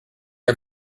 are